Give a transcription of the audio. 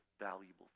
valuable